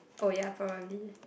oh ya probably